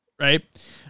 right